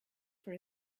for